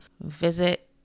visit